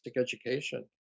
education